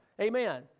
Amen